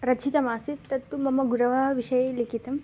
रचितः आसीत् तत्तु मम गुरोः विषये लिखितं